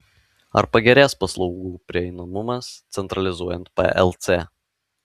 ar pagerės paslaugų prieinamumas centralizuojant plc